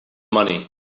money